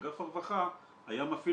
אגף הרווחה היה מפעיל